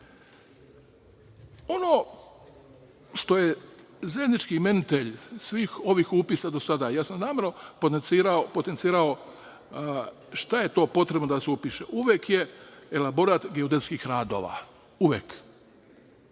što je zajednički imenitelj svih ovih upisa do sada, ja sam namerno potencirao šta je to potrebno da se upiše, uvek je elaborat geodetskih radova, uvek.